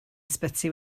ysbyty